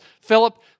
Philip